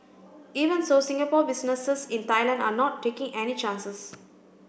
even so Singapore businesses in Thailand are not taking any chances